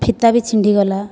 ଫିତା ବି ଛିଣ୍ଡି ଗଲା